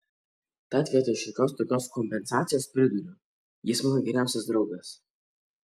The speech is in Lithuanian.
tad vietoj šiokios tokios kompensacijos priduriu jis mano geriausias draugas